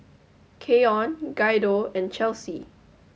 Keion Guido and Chelsi